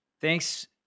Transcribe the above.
Thanks